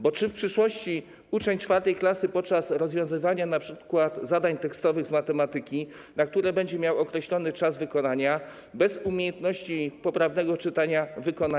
Bo czy w przyszłości uczeń IV klasy podczas rozwiązywania np. zadań tekstowych z matematyki, na które będzie miał określony czas wykonania, bez umiejętności poprawnego czytania je wykona?